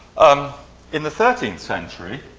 um in the thirteenth century,